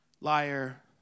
Liar